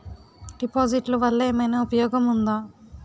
డిపాజిట్లు వల్ల ఏమైనా ఉపయోగం ఉందా?